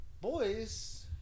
boys